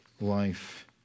life